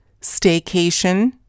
staycation